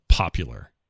popular